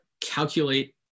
calculate